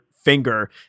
finger